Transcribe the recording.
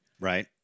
Right